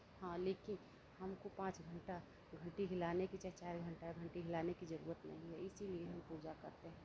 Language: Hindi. हां लेकिन हमको पाँच घंटा घंटी हिलाने की चाहे चार चार घंटा घंटी हिलाने की जरूरत नहीं है इसीलिए हम पूजा करते हैं